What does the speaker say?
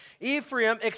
Ephraim